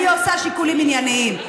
אני עושה שיקולים ענייניים.